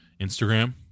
Instagram